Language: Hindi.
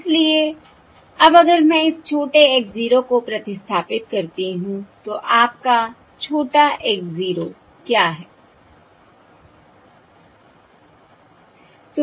इसलिए अब अगर मैं इस छोटे x 0 को प्रतिस्थापित करती हूं तो आपका छोटा x 0 क्या है